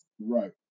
Right